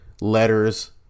letters